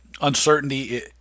uncertainty